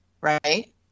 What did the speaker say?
right